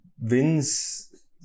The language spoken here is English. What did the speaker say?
wins